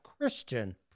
Christian